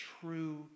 true